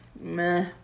meh